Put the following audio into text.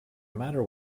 matter